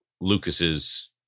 Lucas's